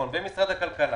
שקלים ומשרד הכלכלה,